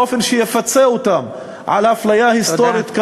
באופן שיפצה אותם על אפליה היסטורית,